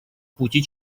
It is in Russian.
пути